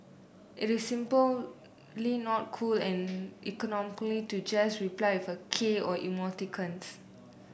it is simply not cool and to just reply with a k or emoticons